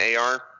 AR